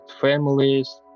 families